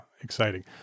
Exciting